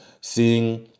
seeing